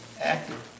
active